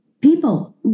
people